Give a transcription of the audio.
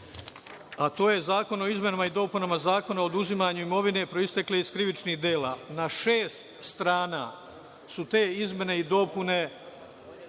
a to je zakon o izmenama i dopunama Zakona o oduzimanju imovine proistekle iz krivičnih dela. Na šest strana su te izmene i dopune